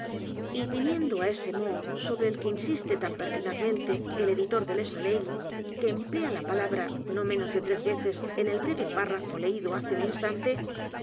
y viniendo á esemoho sobre el que insiste tan pertinazmente el editor de le soleil que emplea la palabra no menos de tres veces en el breve párrafo leído hace un instante